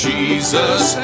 Jesus